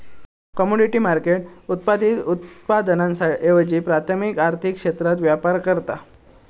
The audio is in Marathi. कमोडिटी मार्केट उत्पादित उत्पादनांऐवजी प्राथमिक आर्थिक क्षेत्रात व्यापार करता